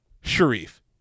Sharif